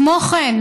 כמו כן,